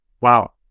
wow